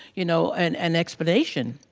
you know, and an explanation.